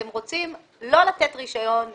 אתם רוצים לא לתת רישיון לגמ"ח,